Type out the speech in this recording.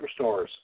superstars